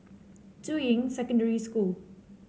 Juying Secondary School